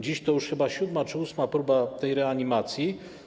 Dziś to już chyba siódma czy ósma próba tej reanimacji.